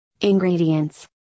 Ingredients